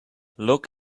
look